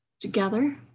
together